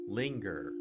linger